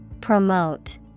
Promote